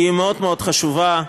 היא מאוד מאוד חשובה.